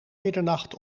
middernacht